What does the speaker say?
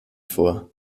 vor